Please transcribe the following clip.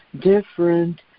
different